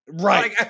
Right